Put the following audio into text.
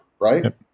right